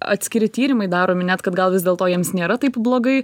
atskiri tyrimai daromi net kad gal vis dėlto jiems nėra taip blogai